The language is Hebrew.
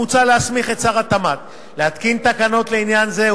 מוצע להסמיך את שר התמ"ת להתקין תקנות לעניין זה,